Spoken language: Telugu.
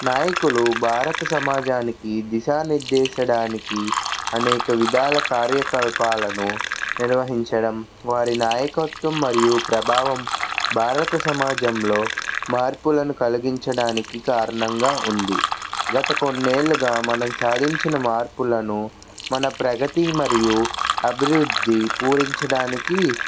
నాయకులు భారత సమాజానికి దిశా నిర్దేశించడానికి అనేక విధాల కార్యకలాపాలను నిర్వహించడం వారి నాయకత్వం మరియు ప్రభావం భారత సమాజంలో మార్పులను కలిగించడానికి కారణంగా ఉంది గత కొన్నేళ్లగా మనం సాధించిన మార్పులను మన ప్రగతి మరియు అభివృద్ధి పూరించడానికి